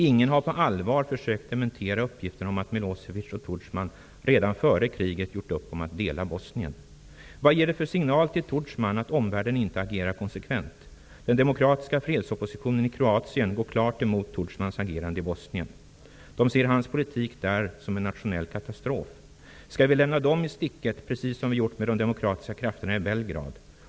Ingen har på allvar försökt dementera uppgifterna om att Milosevic och Tudjman redan före kriget gjort upp om att dela Bosnien. Vad ger det för signal till Tudjman att omvärlden inte agerar konsekvent? Den demokratiska fredsoppositionen i Kroatien går klart emot Tudjmans agerande i Bosnien. De ser hans politik där som en nationell katastrof. Skall vi lämna dem i sticket, precis som vi gjort med de demokratiska krafterna i Belgrad?